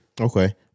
Okay